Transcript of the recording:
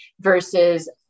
versus